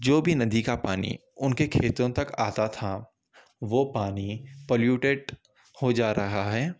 جو بھی ندی کا پانی ان کے کھیتوں تک آتا تھا وہ پانی پلیوٹڈ ہو جا رہا ہے